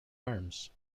arms